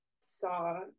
saw